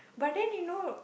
but then you know